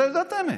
אתה יודע את האמת.